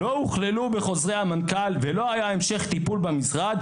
לא הוכללו בחוזרי המנכ"ל ולא היה המשך טיפול במשרד,